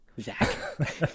Zach